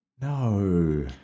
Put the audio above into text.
No